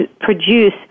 produce